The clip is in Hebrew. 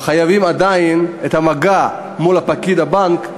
ועדיין חייבים את המגע מול הפקיד הבנק,